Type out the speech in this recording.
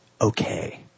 okay